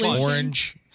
Orange